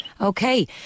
Okay